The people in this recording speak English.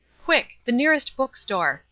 quick! the nearest book-store.